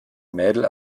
mädel